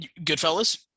Goodfellas